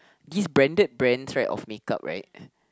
these branded brands right of makeup right